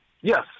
Yes